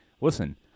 listen